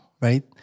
right